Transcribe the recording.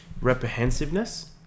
reprehensiveness